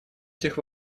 этих